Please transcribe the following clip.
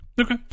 Okay